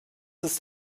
ist